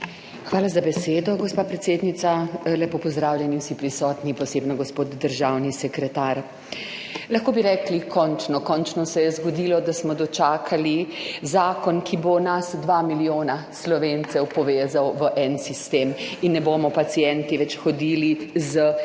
Hvala za besedo, gospa predsednica. Lepo pozdravljeni vsi prisotni, posebej gospod državni sekretar! Lahko bi rekli – končno! Končno se je zgodilo, da smo dočakali zakon, ki bo nas, dva milijona Slovencev, povezal v en sistem in ne bomo pacienti več hodili z listi